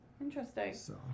Interesting